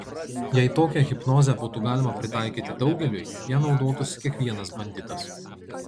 jei tokią hipnozę būtų galima pritaikyti daugeliui ja naudotųsi kiekvienas banditas